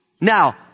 Now